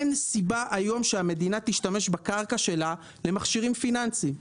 אין סיבה היום שהמדינה תשתמש בקרקע שלה למכשירים פיננסים,